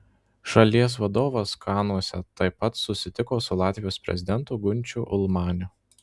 šalies vadovas kanuose taip pat susitiko su latvijos prezidentu gunčiu ulmaniu